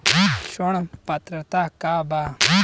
ऋण पात्रता का बा?